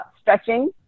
stretching